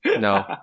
No